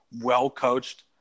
well-coached